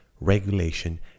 regulation